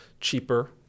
cheaper